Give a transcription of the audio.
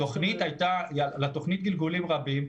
לתוכנית גלגולים רבים,